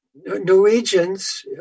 Norwegians